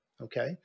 Okay